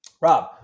Rob